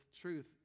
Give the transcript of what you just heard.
truth